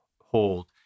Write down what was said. hold